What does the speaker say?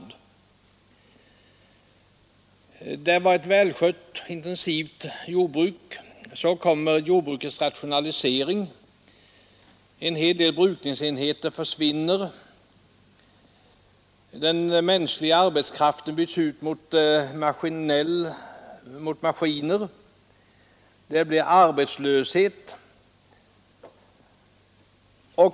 Där fanns redan förut ett välskött, intensivt jordbruk. Så kom jordbrukets rationalisering, och en hel del brukningsenheter försvann. Den mänskliga arbetskraften byttes ut mot maskiner, och det blev arbetslöshet.